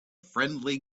friendly